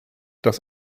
deux